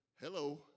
Hello